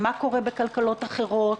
מה קורה בכלכלות אחרות?